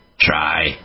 try